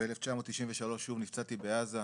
ב-1993 שוב נפצעתי בעזה